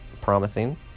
promising